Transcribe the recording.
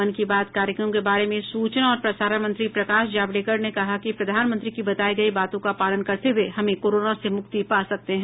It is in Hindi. मन की बात कार्यक्रम के बारे में सूचना और प्रसारण मंत्री प्रकाश जावड़ेकर ने कहा कि प्रधानमंत्री की बताई गई बातों का पालन करते हुए हम कोरोना से मुक्ति पा सकते हैं